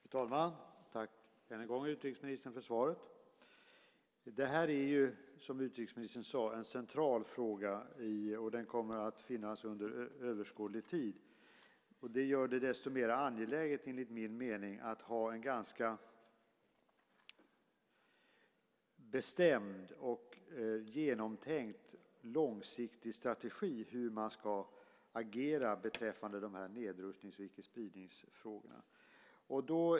Fru talman! Tack, utrikesministern, för svaret. Som utrikesministern sade är detta en central fråga, och den kommer att finnas med under en överskådlig tid. Det gör det desto mera angeläget enligt min mening att ha en ganska bestämd och genomtänkt långsiktig strategi för hur man ska agera beträffande nedrustnings och icke-spridningsfrågorna.